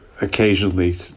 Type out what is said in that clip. Occasionally